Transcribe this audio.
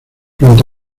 durante